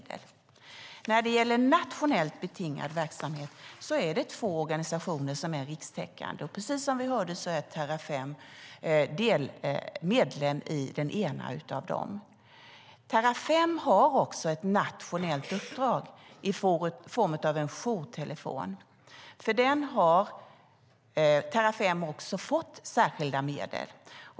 När det gäller nationellt betingad verksamhet är det två organisationer som är rikstäckande. Precis som vi hörde är Terrafem medlem i den ena av dem. Terrafem har också ett nationellt uppdrag i form av en jourtelefon. För den har Terrafem också fått särskilda medel.